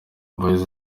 boys